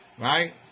Right